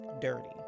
dirty